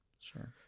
Sure